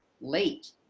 late